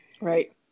Right